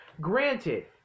granted